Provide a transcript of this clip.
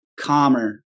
calmer